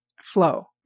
flow